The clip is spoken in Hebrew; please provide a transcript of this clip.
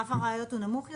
רף הראיות הנמוך יותר?